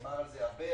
נאמר על זה הרבה,